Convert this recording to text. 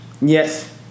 Yes